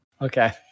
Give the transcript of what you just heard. okay